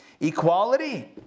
equality